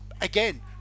again